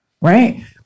right